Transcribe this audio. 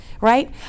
right